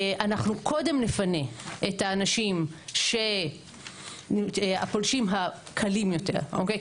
אנחנו קודם נפנה את האנשים הפולשים הקלים יותר אוקיי?